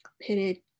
pitted